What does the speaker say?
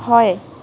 হয়